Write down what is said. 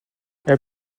elle